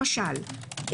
למשל,